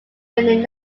winning